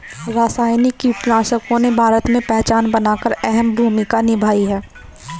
रासायनिक कीटनाशकों ने भारत में पहचान बनाकर अहम भूमिका निभाई है